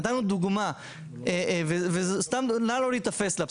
ונתנו דוגמה ונא לא להיתפס לה,